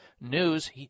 News